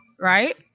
right